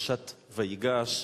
פרשת ויגש,